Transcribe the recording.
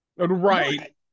right